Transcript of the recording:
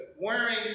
wearing